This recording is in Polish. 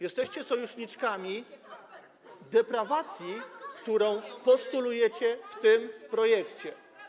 Jesteście sojuszniczkami deprawacji, którą postulujecie w tym projekcie.